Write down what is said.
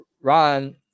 ron